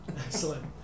Excellent